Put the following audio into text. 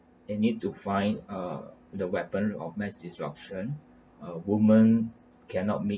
and need to find uh the weapon of mass destruction a woman cannot make